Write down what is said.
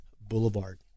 Boulevard